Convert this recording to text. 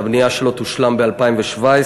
שהבנייה שלו תושלם ב-2017.